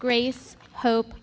grace hope